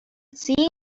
cinco